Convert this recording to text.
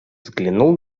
взглянул